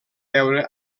veure